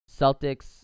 Celtics